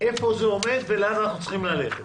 איפה זה עומד ולאן אנחנו צריכים ללכת.